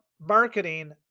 marketing